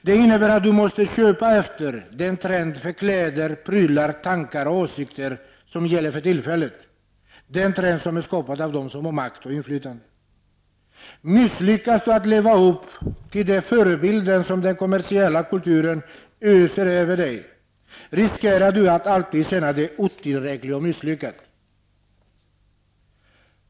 Det innebär att du måste köpa enligt den trend för kläder, prylar, tankar och åsikter som gäller för tillfället, den trend som är skapad av dem som har makt och inflytande. Misslyckas du med att leva upp till de förebilder som den kommersiella kulturen öser över dig, riskerar du att alltid känna dig otillräcklig och misslyckad.